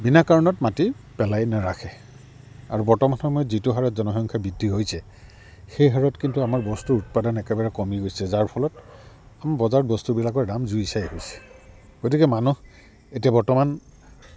বিনা কাৰণত মাটি পেলাই নাৰাখে আৰু বৰ্তমান সময়ত যিটো হাৰত জনসংখ্যা বৃদ্ধি হৈছে সেই হাৰত কিন্তু আমাৰ বস্তুৰ উৎপাদন একেবাৰে কমি গৈছে যাৰ ফলত বজাৰত বস্তুবিলাকৰ দাম জুই চাই হৈছে গতিকে মানুহ এতিয়া বৰ্তমান